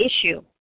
issue